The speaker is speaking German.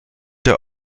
der